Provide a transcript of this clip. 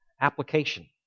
application